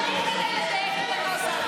כמה זמן עוד צריך כדי לדייק את הנוסח?